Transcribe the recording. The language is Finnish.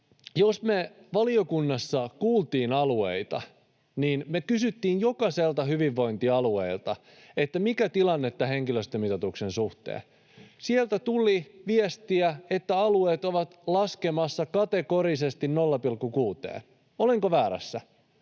Jos me valiokunnassa kuultiin alueita, niin me kysyttiin jokaiselta hyvinvointialueelta, mikä on tilanne tämän henkilöstömitoituksen suhteen. Sieltä tuli viestiä, että alueet ovat laskemassa kategorisesti 0,6:een. Olenko väärässä?